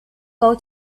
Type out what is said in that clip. out